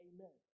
Amen